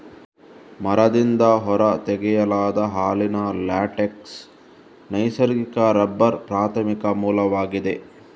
ಮರದಿಂದ ಹೊರ ತೆಗೆಯಲಾದ ಹಾಲಿನ ಲ್ಯಾಟೆಕ್ಸ್ ನೈಸರ್ಗಿಕ ರಬ್ಬರ್ನ ಪ್ರಾಥಮಿಕ ಮೂಲವಾಗಿದೆ